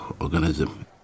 organism